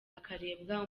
hakarebwa